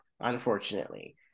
unfortunately